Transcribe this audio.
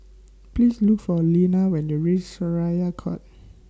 Please Look For Lena when YOU REACH Syariah Court